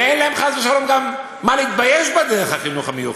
ואין להם חס ושלום גם מה להתבייש בדרך החינוך המיוחדת.